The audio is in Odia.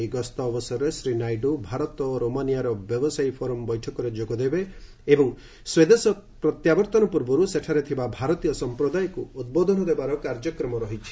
ଏହି ଗସ୍ତ ଅବସରରେ ଶ୍ରୀ ନାଇଡୁ ଭାରତ ରୋମାନିଆ ବ୍ୟବସାୟୀ ଫୋରମ୍ ବୈଠକରେ ଯୋଗ ଦେବେ ଏବଂ ସ୍ୱଦେଶ ପ୍ରତ୍ୟାବର୍ତ୍ତନ ପୂର୍ବରୁ ସେଠାରେ ଥିବା ଭାରତୀୟ ସମ୍ପ୍ରଦାୟକୁ ଉଦ୍ବୋଧନ ଦେବାର କାର୍ଯ୍ୟକ୍ରମ ରହିଛି